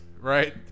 Right